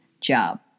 job